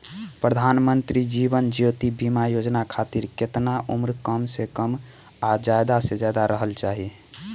प्रधानमंत्री जीवन ज्योती बीमा योजना खातिर केतना उम्र कम से कम आ ज्यादा से ज्यादा रहल चाहि?